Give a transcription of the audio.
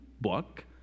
book